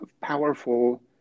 powerful